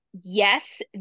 yes